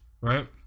right